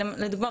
לדוגמה,